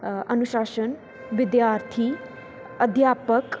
ਅਨੁਸ਼ਾਸ਼ਨ ਵਿਦਿਆਰਥੀ ਅਧਿਆਪਕ